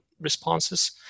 responses